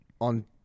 on